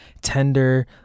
tender